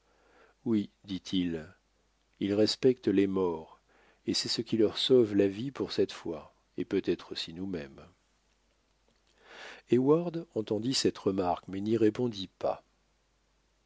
oui dit-il ils respectent les morts et c'est ce qui leur sauve la vie pour cette fois et peut-être aussi nous-mêmes heyward entendit cette remarque mais n'y répondit pas